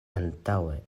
antaŭe